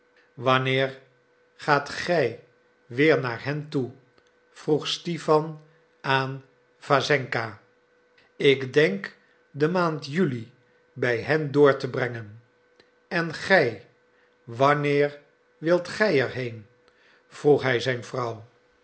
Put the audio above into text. wanneer gaat gij weer naar hen toe vroeg stipan aan wassenka ik denk de maand juli bij hen door te brengen en gij wanneer wilt gij er heen vroeg hij zijn vrouw